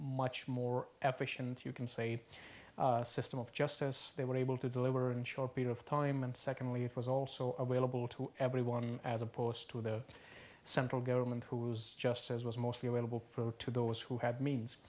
applications you can say system of justice they were able to deliver in short period of time and secondly it was also available to everyone as opposed to the central government who's just says was mostly available for to those who have means